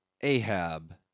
Ahab